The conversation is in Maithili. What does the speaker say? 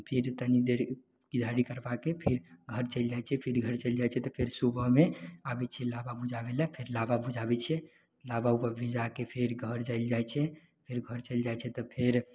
फिर तनी देर घी ढारी करबाके फिर घर चलि जाइ छियै फिर घर चलि जाइ छियै तऽ फेर सुबहमे आबय छियै लाबा भुजाबय लए फेर लाबा भुजाबय छियै लाबा उबा भुजाके फेर घर चलि जाइ छियै फेर घर चलि जाइ छियै तऽ फेर